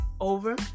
over